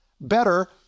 better